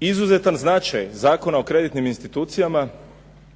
Izuzetan značaj Zakona o kreditnim institucijama